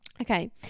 okay